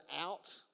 out